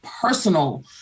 personal